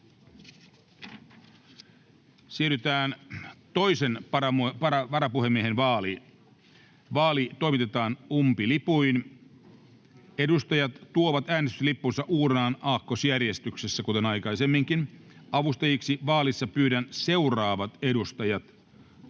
ensimmäisen varapuhemiehen vaali. Vaali toimitetaan umpilipuin. Edustajat tuovat äänestyslippunsa uurnaan aakkosjärjestyksessä. Avustajiksi vaalissa pyydetään seuraavat edustajat: